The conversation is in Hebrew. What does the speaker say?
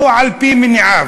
לא על-פי מניעיו.